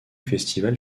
festival